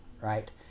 Right